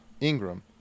Ingram